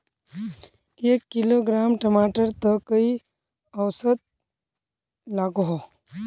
एक किलोग्राम टमाटर त कई औसत लागोहो?